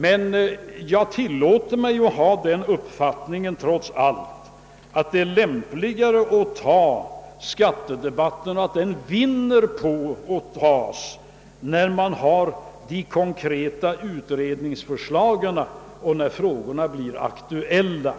Men jag tilllåter mig trots allt att ha den uppfattningen, att skattedebatten vinner på ait man för den när de konkreta utredningsförslagen föreligger och när frågorna blir aktuella.